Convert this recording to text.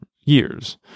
years